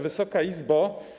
Wysoka Izbo!